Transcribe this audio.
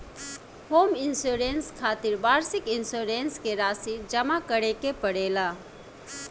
home insurance खातिर वार्षिक insurance के राशि जामा करे के पड़ेला